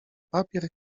papier